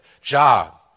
job